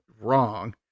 wrong